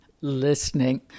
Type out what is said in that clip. listening